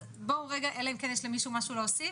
אז בואו רגע, אלא אם כן יש למישהו משהו להוסיף.